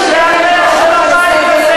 תבדקי את המצלמות.